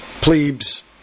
Plebes